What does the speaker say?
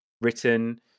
written